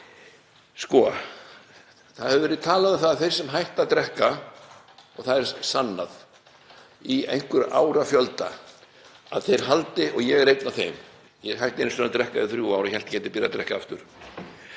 Það hefur verið talað um það að þeir sem hætta að drekka, og það er sannað, í einhvern árafjölda haldi — og ég er einn af þeim, ég hætti einu sinni að drekka í þrjú ár og hélt ég gæti byrjað að drekka aftur.